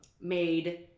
made